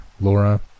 Laura